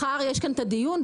מחר יש כאן את הדיון,